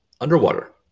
underwater